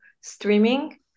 streaming